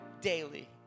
daily